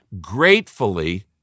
gratefully